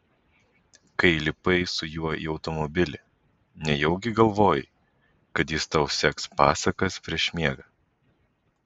kai lipai su juo į automobilį nejaugi galvojai kad jis tau seks pasakas prieš miegą